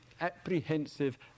apprehensive